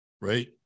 right